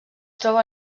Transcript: troba